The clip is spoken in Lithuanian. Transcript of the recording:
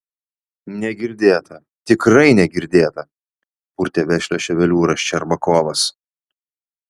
negirdėta tikrai negirdėta purtė vešlią ševeliūrą ščerbakovas